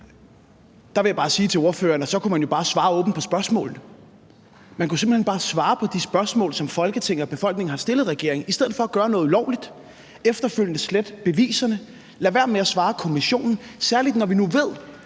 Der vil jeg bare sige til ordføreren, at man jo bare kunne svare åbent på spørgsmålene. Man kunne simpelt hen bare svare på de spørgsmål, som Folketinget og befolkningen har stillet regeringen, i stedet for at gøre noget ulovligt, efterfølgende slette beviserne, lade være med at svare kommissionen, særlig når vi nu ved,